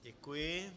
Děkuji.